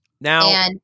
Now